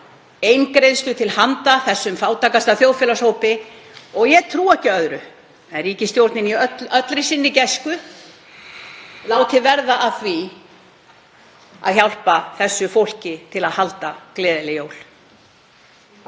eingreiðslu til handa þessum fátækasta þjóðfélagshópi. Ég trúi ekki öðru en að ríkisstjórnin í allri sinni gæsku láti verða af því að hjálpa þessu fólki til að halda gleðileg jól.